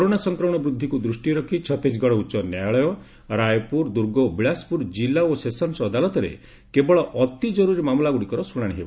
corona ସଂକ୍ରମଣ ବୃଦ୍ଧିକୁ ଦୃଷ୍ଟିରେ ରଖି ଛତିଶଗଡ଼ ଉଚ୍ଚନ୍ୟାୟାଳୟ ରାୟପୁର ଦୁର୍ଗ ଓ ବିଳାସପୁର ଜିଲ୍ଲା ଓ ସେସନ୍ସ୍ ଅଦାଲତରେ କେବଳ ଅତି କରୁରୀ ମାମଲାଗୁଡ଼ିକର ଶୁଣାଣି ହେବ